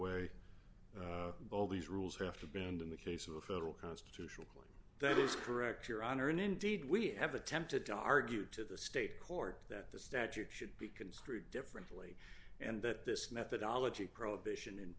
way all these rules have to bend in the case of a federal constitutionally that is correct your honor and indeed we have attempted to argue to the state court that the statute should be construed differently and that this methodology prohibition in